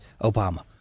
Obama